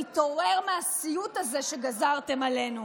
נתעורר מהסיוט הזה שגזרתם עלינו.